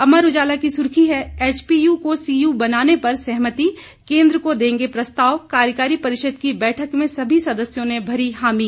अमर उजाला की सुर्खी है एचपीयू को सीयू बनाने पर सहमति केंद्र को देंगे प्रस्ताव कार्यकारी परिषद की बैठक में सभी सदस्यों ने भरी हामी